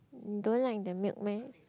you don't like the milk meh